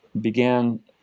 began